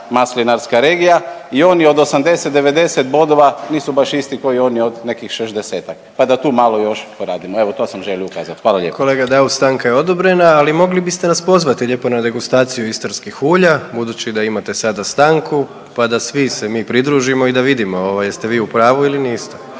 maslinarska regija. I oni od 80, 90 bodova nisu baš isti kao i oni od nekih šezdesetak, pa da tu malo još poradimo. Evo to sam želio ukazati. Hvala lijepa. **Jandroković, Gordan (HDZ)** Kolega Daus stanka je odobrena, ali mogli biste nas pozvati lijepo na degustaciju istarskih ulja budući da imate sada stanku, pa da svi se mi pridružimo i da vidimo jeste li vi u pravu ili niste.